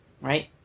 right